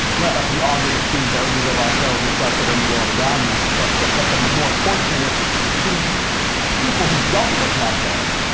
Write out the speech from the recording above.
yeah like we all need to see versions of ourselves reflected in the world around us. but but but the more important thing is to see people who don't look like us,